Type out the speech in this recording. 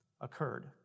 occurred